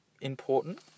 Important